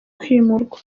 kwimurwa